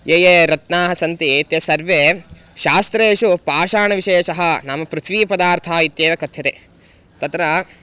ये ये रत्नाः सन्ति ते सर्वे शास्त्रेषु पाषाणविशेषः नाम पृथ्वीपदार्थः इत्येव कथ्यते तत्र